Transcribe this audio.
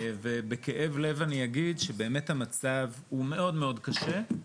ובכאב לב אני אגיד שבאמת המצב הוא מאוד קשה,